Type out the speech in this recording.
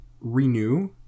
renew